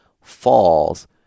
falls